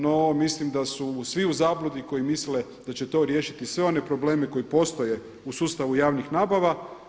No, mislim da su svi u zabludi koji misle da će to riješiti sve one probleme koji postoje u sustavu javnih nabava.